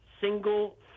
single –